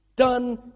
Done